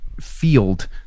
field